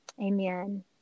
Amen